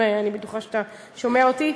אני בטוחה שאתה שומע אותי,